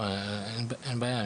אין בעיה,